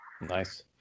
Nice